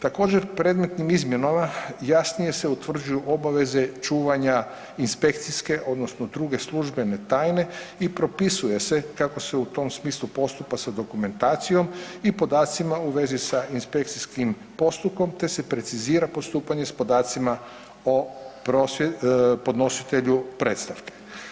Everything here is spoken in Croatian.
Također predmetnim izmjenama jasnije se utvrđuju obaveze čuvanja inspekcijske odnosno druge službene tajne i propisuje se kako se u tom smislu postupa sa dokumentacijom i podacima u vezi sa inspekcijskim postupkom te se precizira postupanje s podacima o podnositelju predstavke.